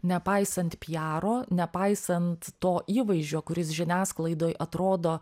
nepaisant piaro nepaisant to įvaizdžio kuris žiniasklaidoj atrodo